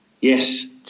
Yes